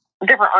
different